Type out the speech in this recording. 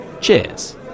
Cheers